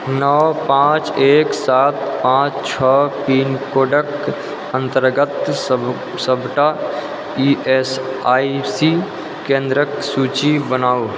नओ पाँच एक सात पाँच छओ पिनकोडक अन्तर्गत सभ सभटा ई एस आई सी केन्द्रक सूची बनाउ